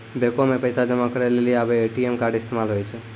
बैको मे पैसा जमा करै लेली आबे ए.टी.एम कार्ड इस्तेमाल होय छै